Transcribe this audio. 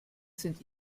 sind